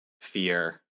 fear